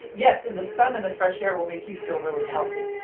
yes, in the sun in the fresh air will make you feel really healthy,